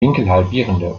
winkelhalbierende